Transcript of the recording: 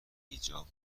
ایجاب